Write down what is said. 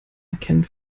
erkennen